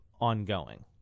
ongoing